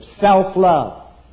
self-love